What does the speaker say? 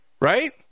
Right